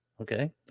Okay